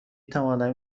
توانم